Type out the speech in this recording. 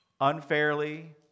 unfairly